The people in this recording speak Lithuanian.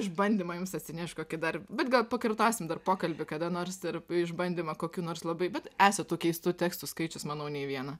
išbandymą jums atsinešt kokį dar bet gal pakartosim dar pokalbį kada nors ir išbandymą kokį nors labai bet esat tų keistų tekstų skaičius manau nei vieną